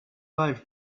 life